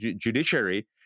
judiciary